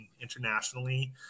internationally